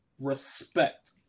respect